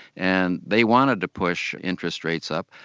and they wanted to push interest rates up,